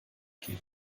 geben